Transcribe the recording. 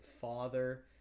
father